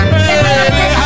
Hey